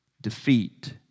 defeat